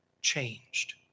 changed